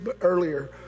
earlier